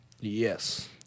Yes